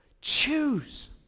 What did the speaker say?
Choose